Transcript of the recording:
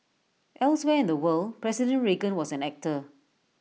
elsewhere in the world president Reagan was an actor